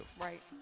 right